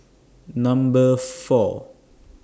Number four